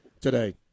today